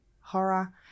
horror